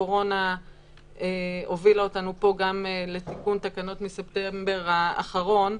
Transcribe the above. הקורונה הובילה גם אותנו פה לתיקון תקנות מספטמבר האחרון,